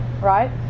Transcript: right